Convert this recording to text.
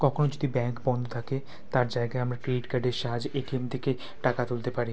কখনো যদি ব্যাঙ্ক বন্ধ থাকে তার জায়গায় আমরা ক্রেডিট কার্ডের সাহায্যে এটিএম থেকে টাকা তুলতে পারি